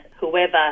whoever